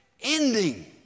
ending